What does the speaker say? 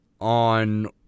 on